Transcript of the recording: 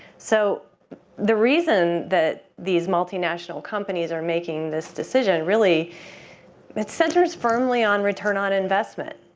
so the reason that these multi-national companies are making this decision, really it centers firmly on return on investment.